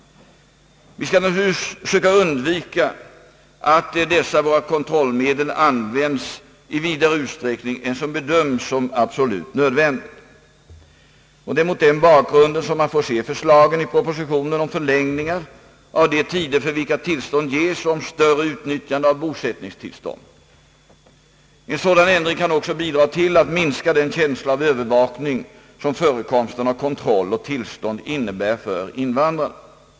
Vi skall naturligtvis söka undvika att dessa våra kontrollmedel används i vidare utsträckning än som bedöms såsom absolut nödvändigt. Det är mot den bakgrunden som man får se för slagen i propositionen om förlängning av de tider för vilka tillstånd ges och om större utnyttjande av bosättningstillstånd. Sådana ändringar kan också bidra till att minska den känsla av övervakning som förekomsten av kontroll och tillstånd innebär för invandrarna.